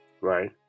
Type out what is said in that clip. right